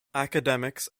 academics